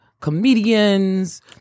comedians